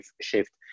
shift